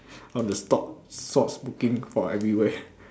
all the stop stop smoking for everywhere